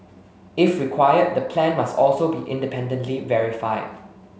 if required the plan must also be independently verified